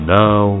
now